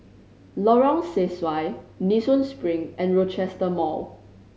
Lorong Sesuai Nee Soon Spring and Rochester Mall